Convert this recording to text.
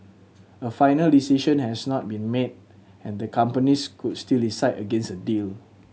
a final decision has not been made and the companies could still decide against a deal